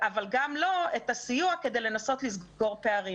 אבל גם לא את הסיוע כדי לנסות לסגור פערים.